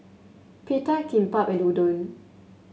Pita Kimbap and Udon